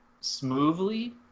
smoothly